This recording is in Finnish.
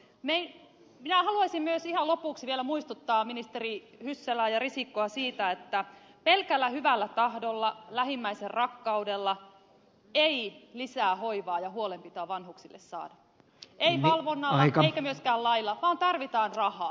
minä haluaisin myös ihan lopuksi vielä muistuttaa ministeri hyssälää ja ministeri risikkoa siitä että pelkällä hyvällä tahdolla lähimmäisenrakkaudella ei lisää hoivaa ja huolenpitoa vanhuksille saada ei valvonnalla eikä myöskään lailla vaan tarvitaan rahaa